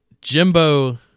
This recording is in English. Jimbo